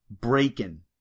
Breaking